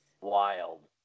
wild